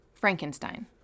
Frankenstein